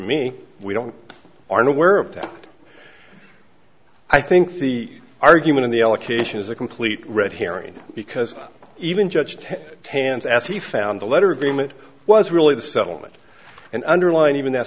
me we don't aren't aware of that i think the argument of the allocation is a complete red herring because even judged tan's as he found the letter agreement was really the settlement and underlined even that